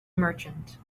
merchant